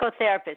psychotherapist